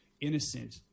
innocent